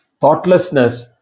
thoughtlessness